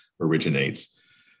originates